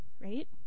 right